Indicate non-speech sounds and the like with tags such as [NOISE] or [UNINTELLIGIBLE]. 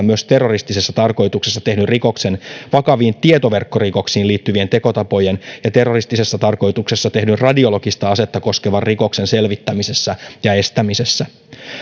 [UNINTELLIGIBLE] myös terroristisessa tarkoituksessa tehdyn rikoksen vakaviin tietoverkkorikoksiin liittyvien tekotapojen ja terroristisessa tarkoituksessa tehdyn radiologista asetta koskevan rikoksen selvittämisessä ja estämisessä